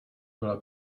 byla